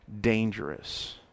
dangerous